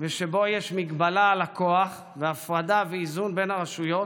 ושבו יש מגבלה על הכוח והפרדה ואיזון בין הרשויות,